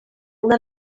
una